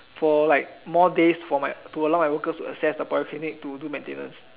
for like more days for like to allow my workers to access the polyclinic to do maintenance